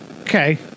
okay